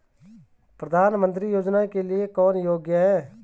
प्रधानमंत्री योजना के लिए कौन योग्य है?